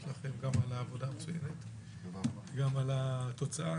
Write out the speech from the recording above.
לכם על העבודה המצוינת וגם על השיפור בתוצאה,